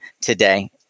today